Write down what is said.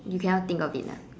you cannot think of it ah